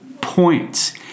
points